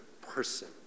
person